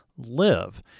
live